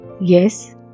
Yes